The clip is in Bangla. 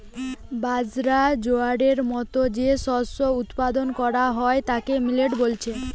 বাজরা, জোয়ারের মতো যে শস্য উৎপাদন কোরা হয় তাকে মিলেট বলছে